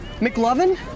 McLovin